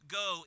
go